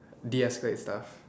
deescalate stuff